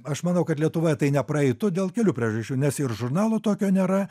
aš manau kad lietuvoje tai nepraeitų dėl kelių priežasčių nes ir žurnalo tokio nėra